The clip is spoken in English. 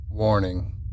Warning